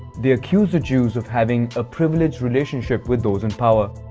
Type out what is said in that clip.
they accused the jews of having a privileged relationship with those in power.